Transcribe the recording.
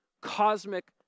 cosmic